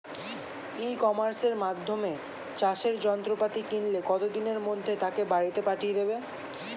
ই কমার্সের মাধ্যমে চাষের যন্ত্রপাতি কিনলে কত দিনের মধ্যে তাকে বাড়ীতে পাঠিয়ে দেবে?